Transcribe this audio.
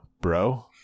Bro